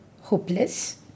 hopeless